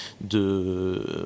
de